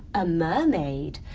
a mermaid.